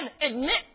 admit